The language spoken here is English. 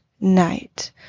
night